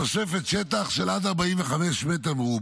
תוספת שטח של עד 45 מ"ר.